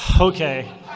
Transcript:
okay